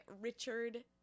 Richard